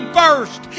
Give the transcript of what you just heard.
first